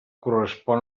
correspon